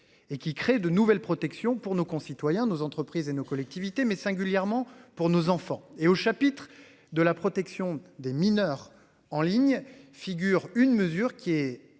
et qui créent de nouvelles protections pour nos concitoyens, nos entreprises et nos collectivités mais singulièrement pour nos enfants. Et au chapitre de la protection des mineurs en ligne figure une mesure qui est